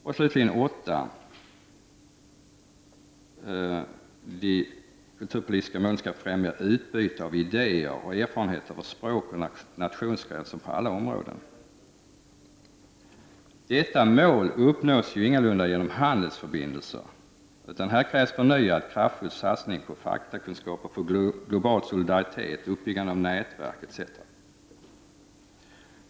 För det åttonde skall de kulturpolitiska målen främja utbyte av idéer och erfarenheter över språkoch nationsgränser på alla områden. Detta uppnås ju ingalunda genom handelsförbindelser, utan här krävs förnyad kraftfull satsning på faktakunskaper för global solidaritet, uppbyggande av nätverk etc.